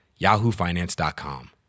yahoofinance.com